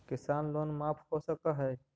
किसान लोन माफ हो सक है?